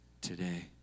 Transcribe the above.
today